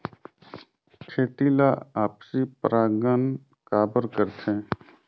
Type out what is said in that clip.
खेती ला आपसी परागण काबर करथे?